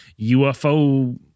UFO